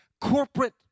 corporate